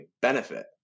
benefit